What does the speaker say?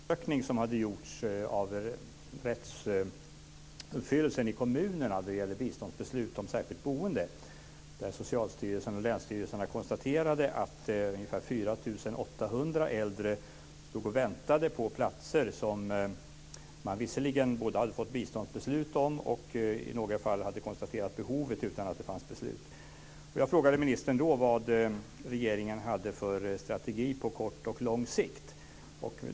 Fru talman! För ungefär fem månader sedan hade jag en interpellationsdebatt med socialministern angående en undersökning som hade gjorts av rättsuppfyllelsen i kommunerna då det gällde biståndsbeslut om särskilt boende. Socialstyrelsen och länsstyrelserna hade konstaterat att ungefär 4 800 äldre stod och väntade på platser som man antingen hade fått biståndsbeslut om eller, i några fall, konstaterat behov av utan att det fanns beslut. Jag frågade då ministern vad regeringen hade för strategi på kort och lång sikt.